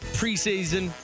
preseason